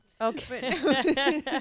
Okay